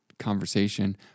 conversation